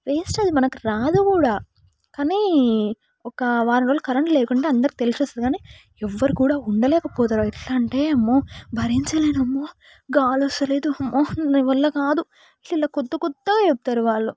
waste అది మనకి రాదు కూడా కానీ ఒక వారం రోజులు కరెంటు లేకుంటే అందరికి తెలిసి వస్తుంస్తది కానీ ఎవరు కూడా ఉండలేక పోతారు ఎట్లా అంటే అమ్మో భరించలేరు అమ్మో గాలి వస్తలేదు అమ్మో నా వల్లకాదు ఇట్లా కొత్త కొత్తగా చెప్తారు వాళ్ళు